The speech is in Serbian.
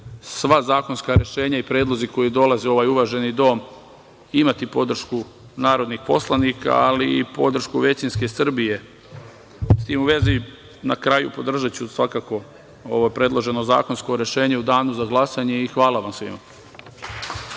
sva zakonska rešenja i predlozi koji dolaze u ovaj uvaženi dom imati podršku narodnih poslanika, ali i podršku većinske Srbije.S tim u vezi, na kraju, podržaću svakako ovo predloženo zakonsko rešenje u danu za glasanje i hvala vam svima.